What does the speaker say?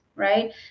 right